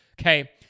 Okay